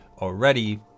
already